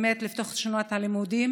באמת לפתוח את שנת הלימודים.